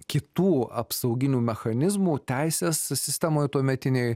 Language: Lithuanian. kitų apsauginių mechanizmų teisės sistemoj tuometinėj